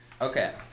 Okay